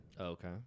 Okay